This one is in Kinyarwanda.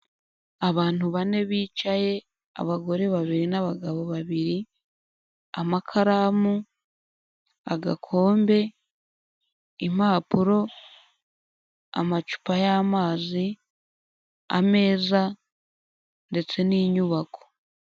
Abantu bane bicaye, abagore babiri n'abagabo babiri, amakaramu, agakombe, impapuro, amacupa y'amazi, ameza ndetse n'inyubako.